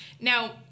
Now